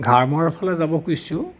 ধাৰ্মৰ ফালে যাব খুজিছোঁ